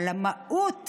על המהות